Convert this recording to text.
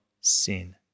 sin